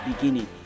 beginning